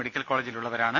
medical കോളേജിലുള്ളവരാണ്